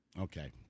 Okay